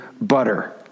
butter